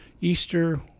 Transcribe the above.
Easter